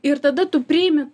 ir tada tu priimi